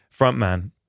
frontman